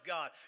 God